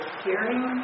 hearing